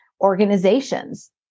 organizations